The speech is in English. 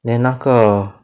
then 那个